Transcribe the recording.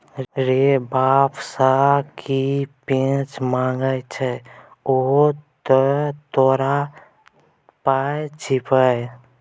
रे बाप सँ की पैंच मांगय छै उहो तँ तोरो पाय छियौ